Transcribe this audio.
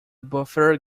buffer